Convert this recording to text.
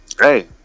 hey